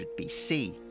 BC